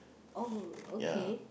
oh okay